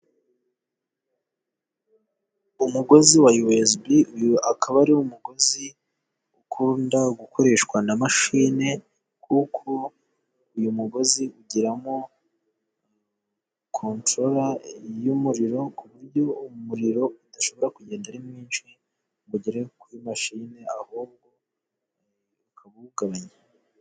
Umugozi wa yuwezibi, Uyu akaba ari wo mugozi ukunda gukoreshwa na mashine, kuko uyu mugozi ugiramo kontorora y'umuriro ku buryo umuriro udashobora kugenda ari mwinshi ngo ugere kuri mashine, ahubwo ikawugabanya.